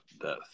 Death